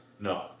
No